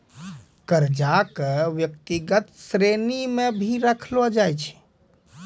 कर्जा क व्यक्तिगत श्रेणी म भी रखलो जाय छै